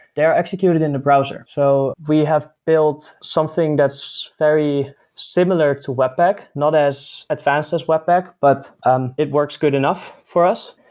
they are executed in the browser. so we have built something that's very similar to web pack, not as advanced as web pack, but um it works good enough for us.